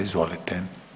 Izvolite.